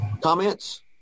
Comments